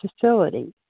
facility